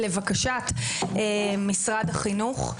לבקשת משרד החינוך.